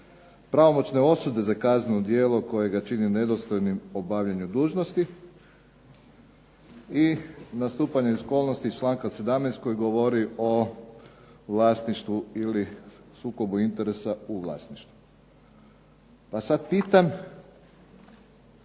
pravomoćne osude za kazneno djelo koje ga čini nedostojnim obavljanja dužnosti i nastupanje okolnosti iz članka 17. koji govori o vlasništvu ili o sukobu interesa u vlasništvu. Pa sada pitam